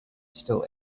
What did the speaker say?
still